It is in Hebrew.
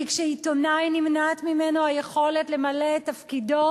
כי כשעיתונאי נמנעת ממנו היכולת למלא את תפקידו,